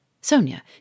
Sonia